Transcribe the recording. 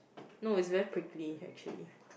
no it's very prickly actually